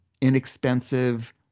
inexpensive